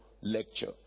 lecture